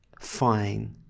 fine